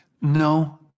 No